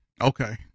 Okay